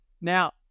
now